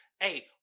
hey